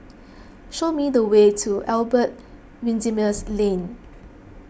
show me the way to Albert Winsemius Lane